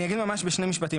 אני אגיד ממש בשני משפטים,